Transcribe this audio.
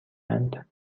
اند